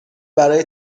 برای